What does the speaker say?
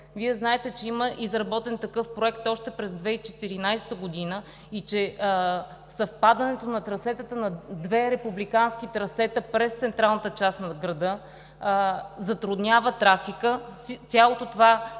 Вие знаете, че има изработен такъв проект още през 2014 г. Съвпадането на две републикански трасета през централната част на града затруднява трафика. Целият този